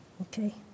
Okay